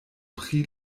pri